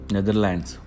Netherlands